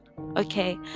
okay